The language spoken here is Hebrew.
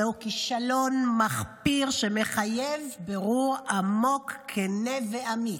זהו כישלון מחפיר שמחייב בירור עמוק, כן ואמיץ.